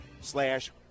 slash